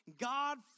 God